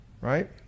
right